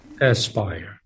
aspire